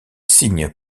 signes